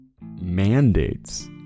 mandates